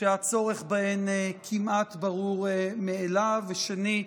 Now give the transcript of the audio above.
שהצורך בהן כמעט ברור מאליו, ושנית,